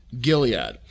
Gilead